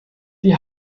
die